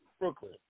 Brooklyn